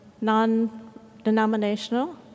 non-denominational